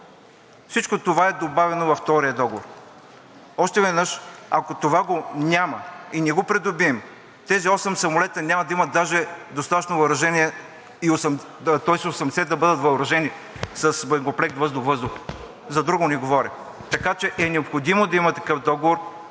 всичко това е добавено във втория договор. Още веднъж, ако това го няма и не го придобием, тези осем самолета няма да имат даже достатъчно въоръжение, тоест да бъдат въоръжени с боекомплект въздух – въздух, а за друго не говоря. Така че е необходимо да има такъв договор,